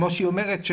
כמו שהיא אומרת.